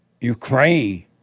Ukraine